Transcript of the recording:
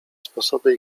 sposoby